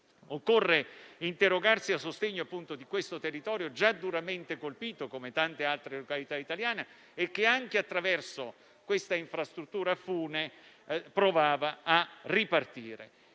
occorre interrogarsi a sostegno di questo territorio, già duramente colpito, come tante altre località italiane, e che anche attraverso questa infrastruttura provava a ripartire.